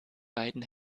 beiden